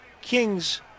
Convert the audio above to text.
Kings